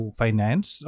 finance